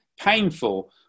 painful